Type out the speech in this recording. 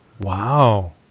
Wow